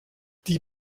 die